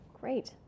great